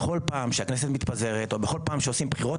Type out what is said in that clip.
בכל פעם שהכנסת מתפזרת או בכל פעם שעושים בחירות